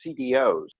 CDOs